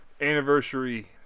anniversary